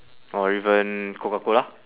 or even coca-cola